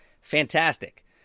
Fantastic